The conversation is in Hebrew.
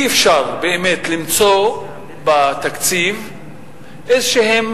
אי-אפשר באמת למצוא בתקציב איזשהן